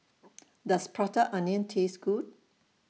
Does Prata Onion Taste Good